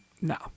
no